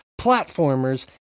platformers